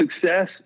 success